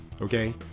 Okay